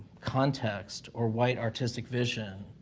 context or white artistic vision,